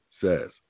says